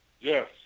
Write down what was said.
yes